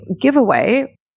giveaway